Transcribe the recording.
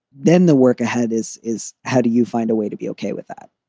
then the work ahead is, is how do you find a way to be ok with that?